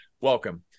welcome